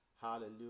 Hallelujah